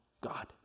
God